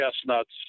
chestnuts